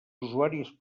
usuaris